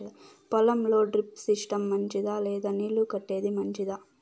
పొలం లో drip system మంచిదా లేదా నీళ్లు కట్టేది మంచిదా?